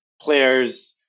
players